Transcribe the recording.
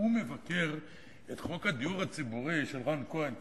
שהוא מבקר את חוק הדיור הציבורי של רן כהן,